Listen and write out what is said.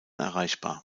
erreichbar